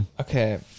Okay